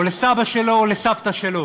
או לסבא שלו או לסבתא שלו.